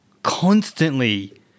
Constantly